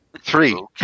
Three